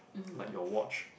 like your watch